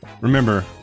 Remember